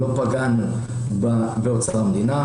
לא פגענו באוצר המדינה.